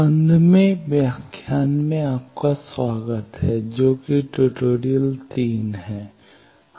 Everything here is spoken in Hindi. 15 वें व्याख्यान में आपका स्वागत है जो कि ट्यूटोरियल 3 है